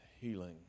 healing